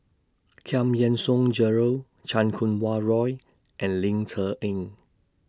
Yean Song Gerald Chan Kum Wah Roy and Ling Cher Eng